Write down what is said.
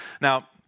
Now